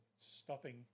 stopping